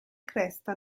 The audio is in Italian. cresta